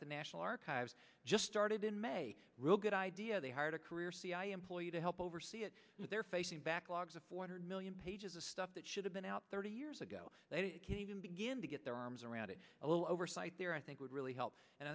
t the national archives just started in may real good idea they hired a career cia employee to help oversee it and they're facing backlogs of four hundred million pages of stuff that should have been out thirty years ago even begin to get their arms around it a little oversight there i think would really help and